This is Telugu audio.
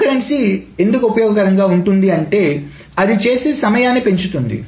కంకరెన్సీ ఎందుకు ఉపయోగకరంగా ఉంటుంది అంటే అది చేసే సమయాన్ని పెంచుతుంది